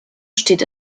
steht